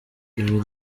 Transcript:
ibi